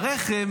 הרכב,